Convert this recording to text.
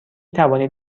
توانید